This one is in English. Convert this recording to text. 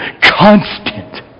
constant